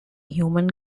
human